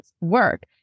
work